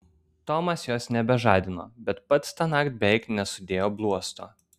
tomas jos nebežadino bet pats tąnakt beveik nesudėjo bluosto